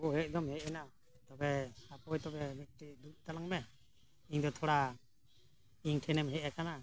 ᱟᱠᱚ ᱦᱮᱡ ᱫᱚᱢ ᱦᱮᱡ ᱮᱱᱟ ᱛᱚᱵᱮ ᱦᱟᱯᱳᱭ ᱛᱚᱵᱮ ᱢᱤᱫᱴᱤᱡ ᱫᱩᱲᱩᱵ ᱛᱟᱞᱟᱝ ᱢᱮ ᱤᱧᱫᱚ ᱛᱷᱚᱲᱟ ᱤᱧ ᱴᱷᱮᱱᱮᱢ ᱦᱮᱡ ᱟᱠᱟᱱᱟ